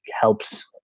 helps